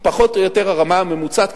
פחות או יותר הרמה הממוצעת,